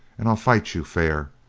and i'll fight you fair,